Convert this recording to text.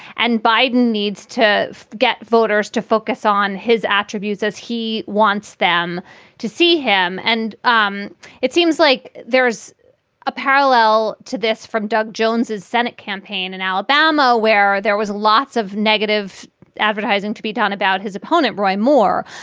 and biden needs to get voters to focus on his attributes as he wants them to see him. and um it seems like there is a parallel to this from doug jones's senate campaign in and alabama, where there was lots of negative advertising to be done about his opponent, roy moore.